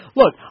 look